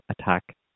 attack